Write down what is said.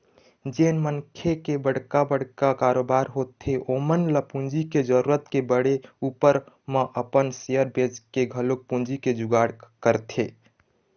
जेन मनखे के बड़का बड़का कारोबार होथे ओमन ल पूंजी के जरुरत के पड़े ऊपर म अपन सेयर बेंचके घलोक पूंजी के जुगाड़ करथे